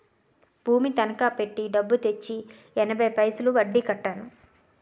భూమి తనకా పెట్టి డబ్బు తెచ్చి ఎనభై పైసలు వడ్డీ కట్టాను